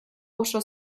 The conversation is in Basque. oso